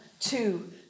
two